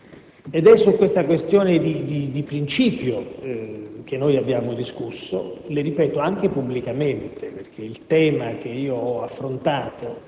È vero che la Cina adotta un criterio che noi europei consideriamo superato, non più accettabile,